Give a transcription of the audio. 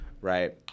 right